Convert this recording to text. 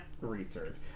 research